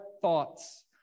thoughts